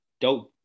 dope